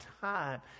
time